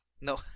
No